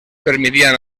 permitían